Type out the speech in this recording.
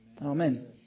Amen